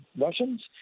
Russians